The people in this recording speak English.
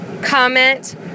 comment